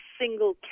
single